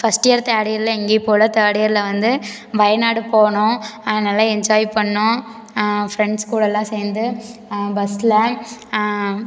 first year third இயரில் எங்கேயும் போல் தேர்ட் இயரில் வந்து வயநாடு போனோம் நல்லா என்ஜாய் பண்ணிணோம் ஃப்ரெண்ட்ஸ் கூடெல்லாம் சேர்ந்து பஸ்சில்